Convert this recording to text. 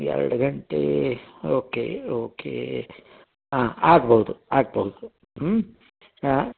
ಎರಡು ಗಂಟೆ okay okay ಹಾಂ ಆಗ್ಭೌದು ಆಗ್ಭೌದು ಹ್ಞೂ ಹಾಂ